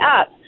up